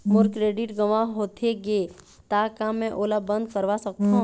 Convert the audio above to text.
मोर credit गंवा होथे गे ता का मैं ओला बंद करवा सकथों?